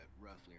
roughly